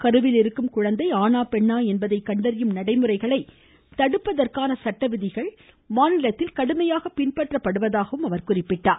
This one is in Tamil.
கருவில் இருக்கும் குழந்தை ஆணாபெண்ணா என்பதை கண்டறியும் நடைமுறைகளை தடுப்பதற்கான சட்டவிதிகள் கடுமையாக பின்பற்றப்படுவதாகவும் கூறினார்